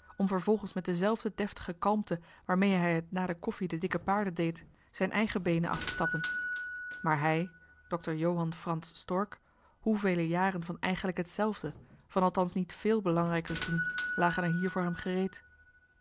om vervolgens met dezelfde deftige kalmte waarmee hij het na de koffie de dikke bruine paarden deed zijn eigen beenen af te stappen maar hij doctor johan frans stork hoevele jaren van eigenlijk hetzelfde van althans niet véél belangrijkers doen lagen er hier voor hem